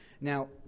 Now